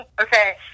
Okay